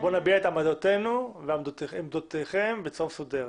בואו נעשה את זה בצורה מסודרת.